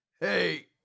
hey